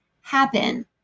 happen